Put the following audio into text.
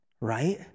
Right